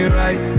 right